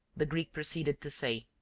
the greek proceeded to say,